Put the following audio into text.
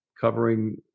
covering